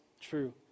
true